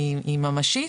היא ממשית,